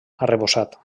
arrebossat